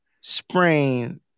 sprain